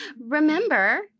remember